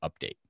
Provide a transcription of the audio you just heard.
update